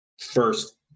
first